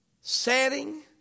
setting